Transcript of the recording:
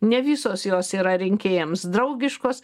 ne visos jos yra rinkėjams draugiškos